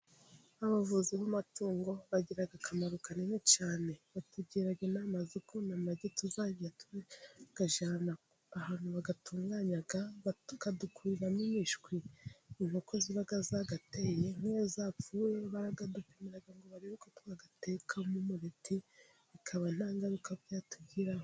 Nk'abavuzi b'amatungo bagira akamaro kanini cyane batugira inama z'ukuntu amagi tuzajya tuyajyana ahantu bayatunganya tukadukuramo imishwi. Inkoko ziba zaYateye nk'iyo zapfuye barayadupimira ngo barebe ko twayatekamo umubiriti, bikaba nta ngaruka byatugiraho.